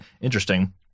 Interesting